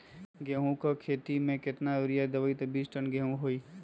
गेंहू क खेती म केतना यूरिया देब त बिस टन गेहूं होई?